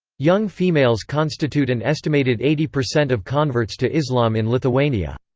young females constitute an estimated eighty percent of converts to islam in lithuania.